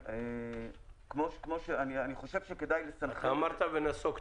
אני חושב שכדאי לסנכרן --- אתה אמרת ונסוגת.